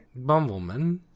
Bumbleman